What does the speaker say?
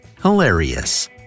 hilarious